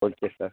okay sir